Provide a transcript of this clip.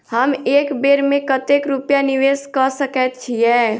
हम एक बेर मे कतेक रूपया निवेश कऽ सकैत छीयै?